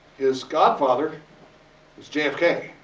his godfather was jfk. and